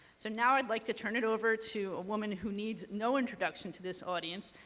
so now i'd like to turn it over to a woman who needs no introduction to this audience.